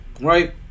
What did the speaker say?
right